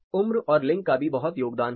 उम्र और लिंग का भी बहुत योगदान है